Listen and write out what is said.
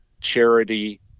Charity